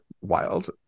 wild